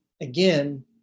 again